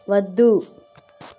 వద్దు